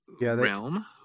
realm